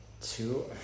Two